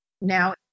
now